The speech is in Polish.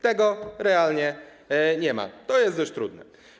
Tego realnie nie ma, to jest dość trudne.